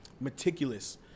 meticulous